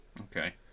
Okay